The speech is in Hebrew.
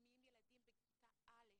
לפעמים ילדים בכיתה א',